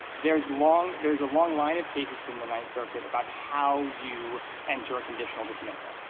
there's long there's a long line of cases from the ninth circuit about how you enter a conditional dismissal.